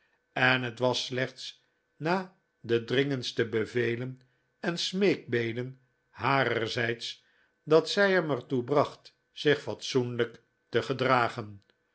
en het was slechts na de dringendste bevelen en smeekbeden harerzijds dat zij hem er toe bracht zich fatsoenlijk te gedragen